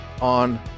on